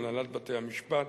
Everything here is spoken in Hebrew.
הנהלת בתי-המשפט,